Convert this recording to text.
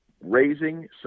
raising